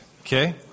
okay